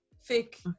fake